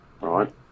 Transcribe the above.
right